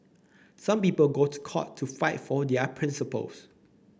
some people go to court to fight for their principles